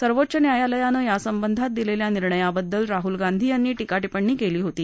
सर्वोच्च न्यायालयानं या संबंधात दिलेल्या निर्णयाबद्दल राहुल गांधी यांनी टीका टिप्पणी केली होती